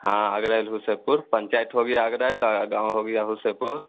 हाँ आगरा ले हुसेपुर पंचायत हो गया आगरा ही लगा गाँव हो गया हुसेपुर